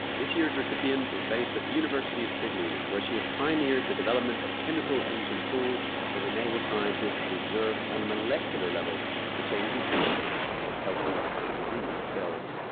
this year's recipient is based at the university of sydney where she has pioneered the development of chemical imaging tools that enable scientists to observe on a molecular level the changing chemistry of healthy and diseased cells.